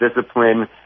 discipline